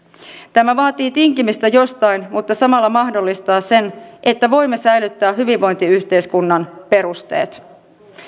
tämä vaatii tinkimistä jostain mutta samalla mahdollistaa sen että voimme säilyttää hyvinvointiyhteiskunnan perusteet